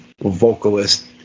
vocalist